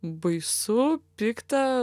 baisu pikta